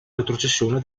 retrocessione